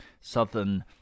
Southern